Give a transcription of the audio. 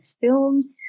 film